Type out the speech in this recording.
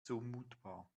zumutbar